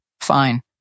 Fine